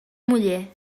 muller